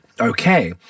Okay